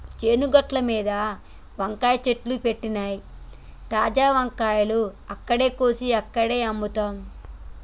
చేను గట్లమీద వంకాయ చెట్లు పెట్టినమ్, తాజా వంకాయలు అక్కడే కోసి అక్కడే అమ్ముతాం